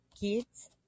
kids